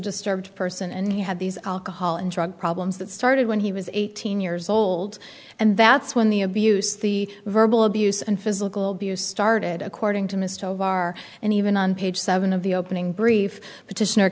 disturbed person and he had these alcohol and drug problems that started when he was eighteen years old and that's when the abuse the verbal abuse and physical abuse started according to mr of our and even on page seven of the opening brief petition